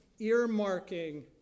earmarking